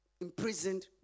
imprisoned